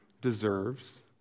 deserves